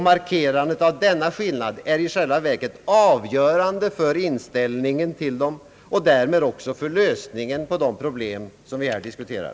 Markerandet av denna skillnad är i själva verket avgörande för inställningen till dem och därmed också för lösningen av de problem som vi här diskuterar.